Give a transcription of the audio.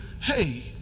Hey